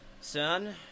Son